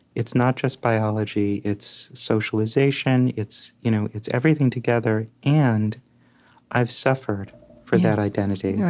it's not just biology it's socialization. it's you know it's everything together, and i've suffered for that identity.